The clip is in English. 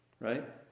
right